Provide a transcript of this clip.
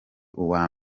uwa